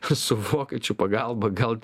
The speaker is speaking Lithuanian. su vokiečių pagalba gal